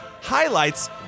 highlights